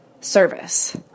Service